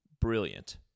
brilliant